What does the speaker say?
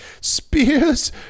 Spears